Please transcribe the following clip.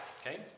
Okay